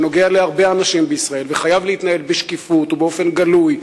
שנוגע להרבה אנשים בישראל וחייב להתנהל בשקיפות ובאופן גלוי,